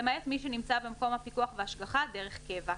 למעט מי שנמצא במקום הפיקוח וההשגחה דרך קבע,